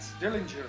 dillinger